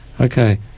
okay